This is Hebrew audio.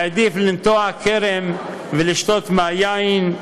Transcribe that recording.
העדיף לנטוע כרם ולשתות מהיין,